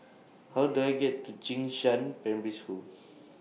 How Do I get to Jing Shan Primary School